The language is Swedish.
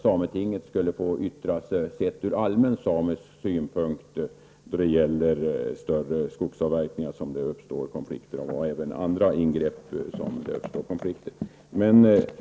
Sametinget skulle allmänt få yttranderätt då det gäller större skogsavverkningar och även andra ingrepp där det uppstår konflikter.